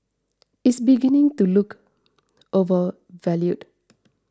is beginning to look overvalued